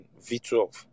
V12